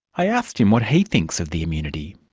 i asked him what he thinks of the immunity.